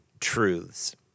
truths